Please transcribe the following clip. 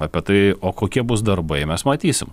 apie tai o kokie bus darbai mes matysim